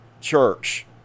church